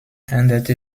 änderte